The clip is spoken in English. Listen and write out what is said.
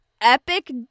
epic